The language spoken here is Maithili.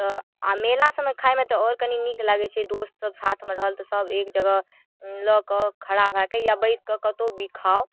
तऽ आओर मेलासबमे खाइमे तऽ आओर कनि नीक लागैए छै दोस्तसभ साथमे रहल तऽ सभ एक जगह लऽ कऽ खड़ा भऽ कऽ या बैसिकऽ कतहु भी खाउ